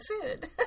food